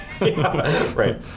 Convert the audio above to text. Right